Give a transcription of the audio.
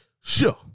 Sure